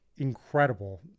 incredible